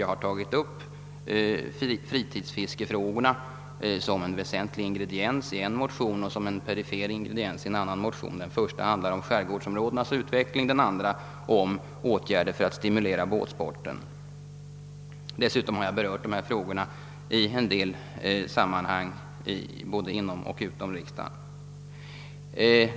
Jag har tagit upp fritidsfiskefrågorna som en väsentlig ingrediens i en motion och som en perifer ingrediens i en annan; den första handlar om skärgårdsområdenas utveckling, den andra om åtgärder för att stimulera båtsporten. Dessutom har jag berört saken i en del sammanhang både inom och utom riksdagen.